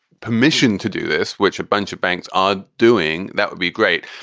permission to do this? which a bunch of banks are doing, that would be great.